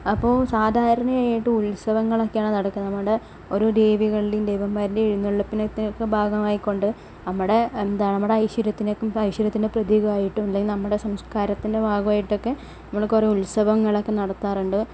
അപ്പോൾ സാധാരണയായിട്ടും ഉത്സവങ്ങളൊക്കെയാണ് നടക്കുന്നത് നമ്മുടെ ഓരോ ദേവികളുടേയും ദേവന്മാരുടേയും എഴുന്നള്ളിപ്പിനൊക്കെ ഭാഗമായിക്കൊണ്ട് നമ്മുടെ എന്താണ് നമ്മുടെ ഐശ്വര്യത്തിന്റേയൊക്കെ ഐശ്വര്യത്തിൻ്റെ പ്രതീകമായിട്ടും അല്ലെങ്കിൽ നമ്മുടെ സംസ്കാരത്തിന്റെ ഭാഗമായിട്ടൊക്കെ നമ്മൾ കുറെ ഉത്സവങ്ങളൊക്കെ നടത്താറുണ്ട്